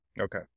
Okay